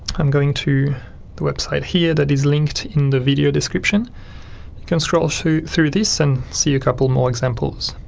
i'm going to the website here that is linked in the video description you can scroll so through this and see a couple more examples